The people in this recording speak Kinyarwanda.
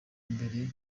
mbere